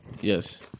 Yes